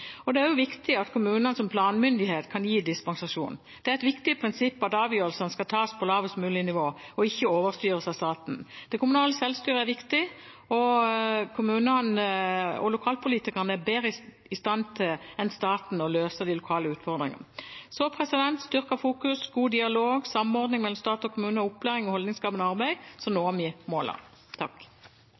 og det er også viktig at kommunene som planmyndighet kan gi dispensasjon. Det er et viktig prinsipp at avgjørelsene skal tas på lavest mulig nivå og ikke overstyres av staten. Det kommunale selvstyret er viktig, og kommunene og lokalpolitikerne er bedre i stand enn staten til å løse de lokale utfordringene. Med styrket fokus, god dialog, samordning mellom stat og kommune og opplæring og holdningsskapende arbeid når vi